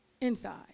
inside